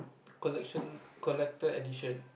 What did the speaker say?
collection collected edition